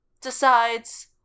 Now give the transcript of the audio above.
decides